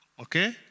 Okay